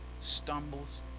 stumbles